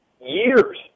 years